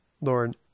Lord